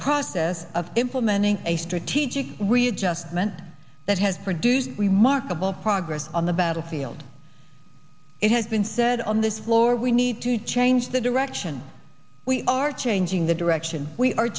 process of implementing a strategic readjustment that has produced remarkable progress on the battlefield it has been said on the floor we need to change the direction we are changing the direction we are